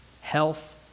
Health